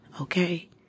okay